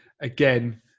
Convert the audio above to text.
Again